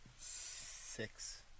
six